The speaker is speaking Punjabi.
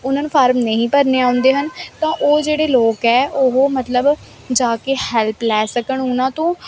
ਉਹਨਾਂ ਨੂੰ ਫਾਰਮ ਨਹੀਂ ਭਰਨੇ ਆਉਂਦੇ ਹਨ ਤਾਂ ਉਹ ਜਿਹੜੇ ਲੋਕ ਹੈ ਉਹ ਮਤਲਬ ਜਾ ਕੇ ਹੈਲਪ ਲੈ ਸਕਣ ਉਹਨਾਂ ਤੋਂ